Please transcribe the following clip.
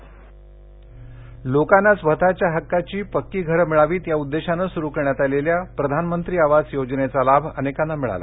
प्रधानमंत्री आवास योजना लोकांना स्वतःच्या हक्काची पक्की षर मिळावीत या उद्देशानं सुरू करण्यात आलेल्या प्रधानमंत्री आवास योजनेचा लाभ अनेकांना मिळाला